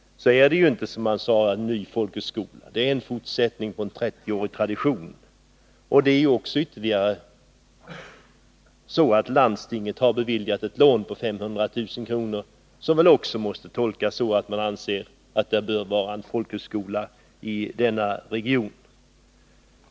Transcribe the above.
Det är ju inte som han sade en ny folkhögskola — det är en fortsättning på en 30-årig tradition. Dessutom har landstinget beviljat ett lån på 500 000 kr. Detta måste väl tolkas så, att också landstinget anser det bör finnas en folkhögskola i denna region.